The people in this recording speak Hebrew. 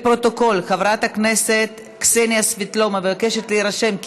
בעד, 32, אני מבקשת להוסיף אותי.